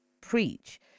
preach